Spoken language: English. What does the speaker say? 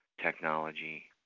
technology